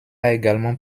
également